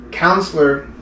counselor